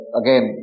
again